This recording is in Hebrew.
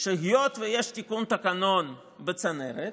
שהיות שיש תיקון תקנון בצנרת,